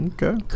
Okay